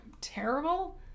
terrible